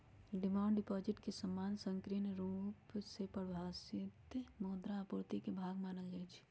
demand deposit के सामान्य संकीर्ण रुप से परिभाषित मुद्रा आपूर्ति के भाग मानल जाइ छै